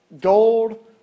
Gold